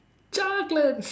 chocolates